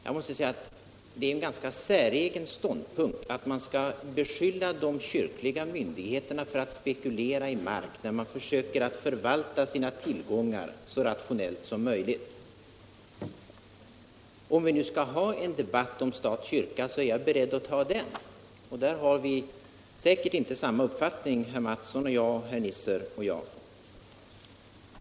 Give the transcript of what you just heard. Jag måste säga att det är en ganska säregen ståndpunkt att beskylla de kyrkliga myndigheterna för att spekulera i mark, när de försöker förvalta sina tillgångar så rationellt som möjligt. Om vi nu skall ha en debatt om stat-kyrka, så är jag beredd att ta den, och där har vi säkert inte samma uppfattning, herr Mattsson och jag och herr Nisser och jag.